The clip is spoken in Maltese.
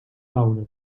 dawn